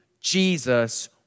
Jesus